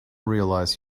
realize